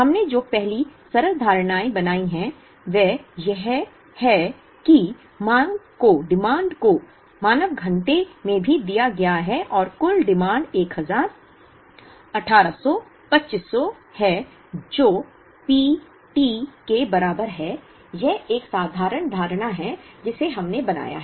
हमने जो पहली सरल धारणाएँ बनाई हैं वह यह है कि मांग को मानव घंटे में भी दिया गया है और कुल माँग 1000 1800 2500 है जो P t के बराबर है यह एक साधारण धारणा है जिसे हमने बनाया है